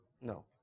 No